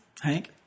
Hank